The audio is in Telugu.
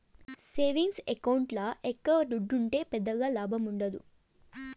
సేవింగ్స్ ఎకౌంట్ల ఎక్కవ దుడ్డుంటే పెద్దగా లాభముండదు